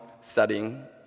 setting